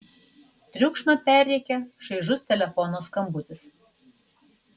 triukšmą perrėkia šaižus telefono skambutis